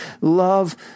Love